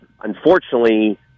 unfortunately